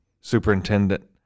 superintendent